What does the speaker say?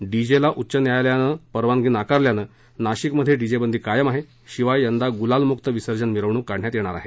DJ ला उच्च न्यायालयानं नाकारल्यानं नाशिक मध्ये डी जे बंदी कायम आहे शिवाय यंदा गुलाल मुक्त विसर्जन मिरवणूक काढण्यात येणार आहे